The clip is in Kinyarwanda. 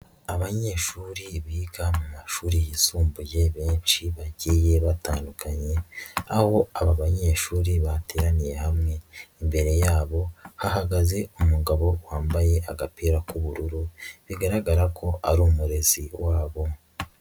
Abanyeshuri biga mu mumashuri yisumbuye benshi bagiye batandukanye, aho aba banyeshuri bateraniye hamwe, imbere yabo hahagaze umugabo wambaye agapira k'ubururu, bigaragara ko ari umurezi wabo.